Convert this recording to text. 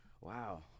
wow